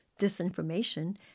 disinformation